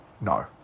no